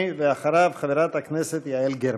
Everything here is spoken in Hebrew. אחריו, חברת הכנסת יעל גרמן.